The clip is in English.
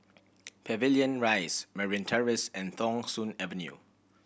Pavilion Rise Merryn Terrace and Thong Soon Avenue